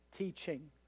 teaching